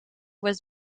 was